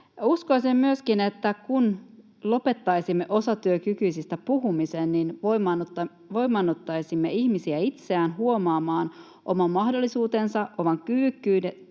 Uskoisin myöskin, että kun lopettaisimme osatyökykyisistä puhumisen, niin voimaannuttaisimme ihmisiä itseään huomaamaan oman mahdollisuutensa, oman kyvykkyytensä